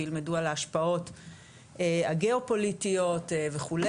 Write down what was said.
וילמדו על ההשפעות הגיאופוליטיות וכו',